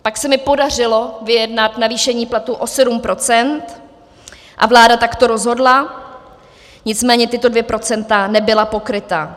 Pak se mi podařilo vyjednat navýšení platů o 7 % a vláda takto rozhodla, nicméně tato 2 % nebyla pokryta.